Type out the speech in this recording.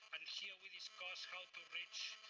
and here we discuss how to reach